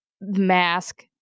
mask